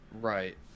Right